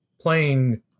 playing